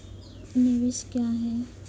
निवेश क्या है?